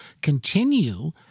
continue